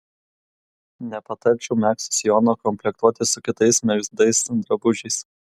nepatarčiau megzto sijono komplektuoti su kitais megztais drabužiais